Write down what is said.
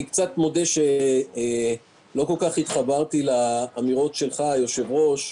מודה שלא כל כך התחברתי לאמירות שלך, היושב-ראש,